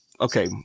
okay